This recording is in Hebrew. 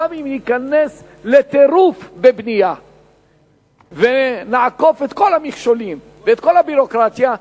גם אם ניכנס לטירוף בבנייה ונעקוף את כל המכשולים ואת כל הביורוקרטיה,